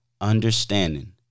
understanding